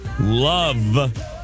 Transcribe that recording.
love